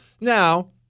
Now